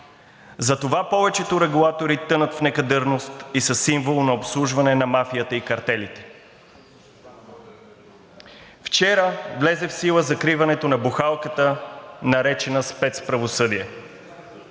Затова повечето регулатори тънат в некадърност и са символ на обслужване на мафията и картелите. Вчера влезе в сила закриването на бухалката, наречена Спецправосъдие,